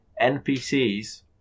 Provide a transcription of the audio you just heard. NPCs